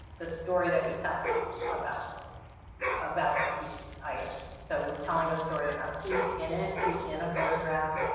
the story that we tell about those about the items, so we're telling a story about who's in it who's in a photograph.